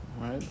right